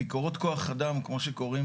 ביקורות כוח אדם כמו שקוראים